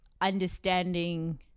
understanding